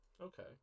Okay